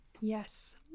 Yes